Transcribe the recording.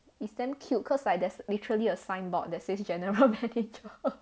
it's damn cute cause like there's literally a signboard that says general manager